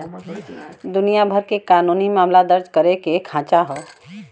दुनिया भर के कानूनी मामला दर्ज करे के खांचा हौ